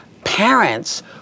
Parents